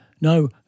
No